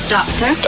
Doctor